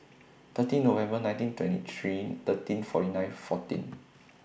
thirty November nineteen twenty three thirteen forty nine fourteen